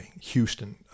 Houston